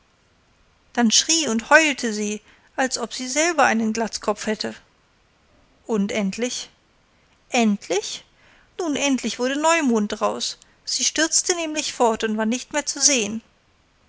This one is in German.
dann schrie und heulte sie als ob sie selber einen glatzkopf hätte und endlich endlich nun endlich wurde neumond draus sie stürzte nämlich fort und war nicht mehr zu sehen